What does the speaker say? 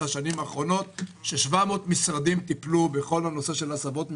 השנים האחרונות שבהן 700 משרדים טיפלו בכל הנושא של הסבות מקצועיות.